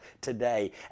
today